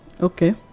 Okay